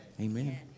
amen